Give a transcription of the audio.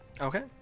Okay